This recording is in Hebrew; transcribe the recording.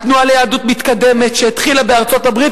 התנועה ליהדות מתקדמת שהתחילה בארצות-הברית